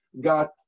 got